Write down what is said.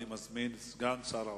אני מזמין את סגן שר האוצר,